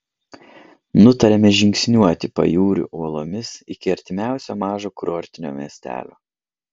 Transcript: nutarėme žingsniuoti pajūriu uolomis iki artimiausio mažo kurortinio miestelio